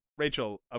Rachel